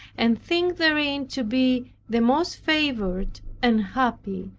and think therein to be the most favored and happy.